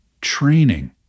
training